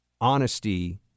Honesty